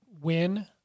win